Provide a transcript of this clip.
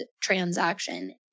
transaction